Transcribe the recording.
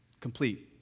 Complete